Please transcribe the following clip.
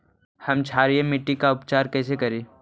हम क्षारीय मिट्टी के उपचार कैसे करी?